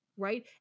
Right